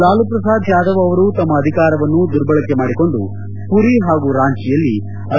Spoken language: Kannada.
ಲಾಲೂ ಪ್ರಸಾದ್ ಯಾದವ್ ಅವರು ತಮ್ಮ ಅಧಿಕಾರವನ್ನು ದುರ್ಬಳಕೆ ಮಾಡಿಕೊಂಡು ಮರಿ ಹಾಗೂ ರಾಂಚೆಯಲ್ಲಿ ಐ